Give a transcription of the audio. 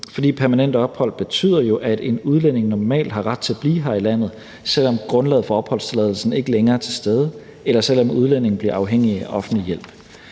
fordi permanent ophold jo betyder, at en udlænding normalt har ret til at blive her i landet, selv om grundlaget for opholdstilladelsen ikke længere er til stede, eller selv om udlændingen bliver afhængig af offentlig hjælp.